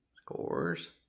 scores